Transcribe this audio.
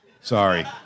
Sorry